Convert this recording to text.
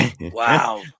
Wow